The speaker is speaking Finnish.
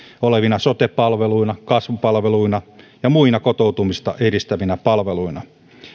olevina sote palveluina kasvupalveluina ja muina kotoutumista edistävinä palveluina